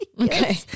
Okay